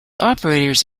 operators